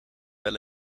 wel